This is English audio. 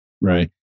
Right